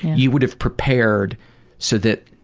you would have prepared so that.